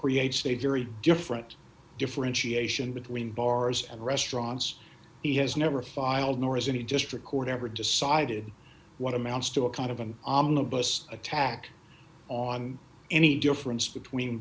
creates a very different differentiation between bars and restaurants he has never filed nor is it just record ever decided what amounts to a kind of an omnibus attack on any difference between